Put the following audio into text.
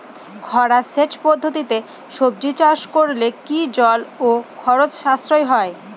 খরা সেচ পদ্ধতিতে সবজি চাষ করলে কি জল ও খরচ সাশ্রয় হয়?